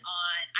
on –